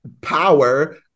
power